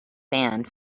band